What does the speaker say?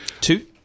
two